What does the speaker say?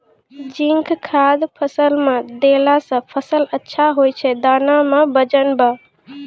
zinc खाद फ़सल मे देला से फ़सल अच्छा होय छै दाना मे वजन ब